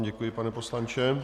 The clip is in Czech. Děkuji vám, pane poslanče.